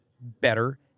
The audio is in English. better